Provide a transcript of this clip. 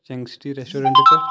چینٛگ city restaurant پٮ۪ٹھ